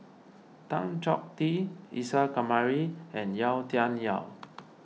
Tan Chong Tee Isa Kamari and Yau Tian Yau